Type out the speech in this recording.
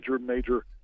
major